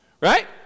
right